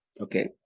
Okay